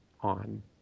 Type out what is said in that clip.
on